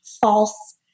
false